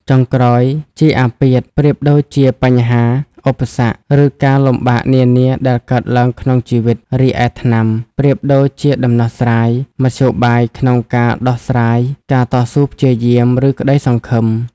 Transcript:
ចុងក្រោយ ជាអាពាធ ប្រៀបដូចជាបញ្ហា ឧបសគ្គ ឬការលំបាកនានាដែលកើតឡើងក្នុងជីវិត រីឯ ថ្នាំ ប្រៀបដូចជាដំណោះស្រាយ មធ្យោបាយក្នុងការដោះស្រាយ ការតស៊ូព្យាយាម ឬក្តីសង្ឃឹម។